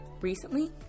Recently